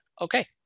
Okay